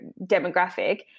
demographic